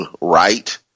right